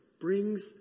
brings